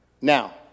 Now